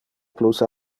plus